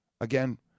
Again